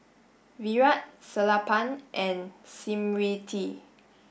Virat Sellapan and Smriti